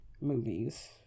movies